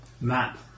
map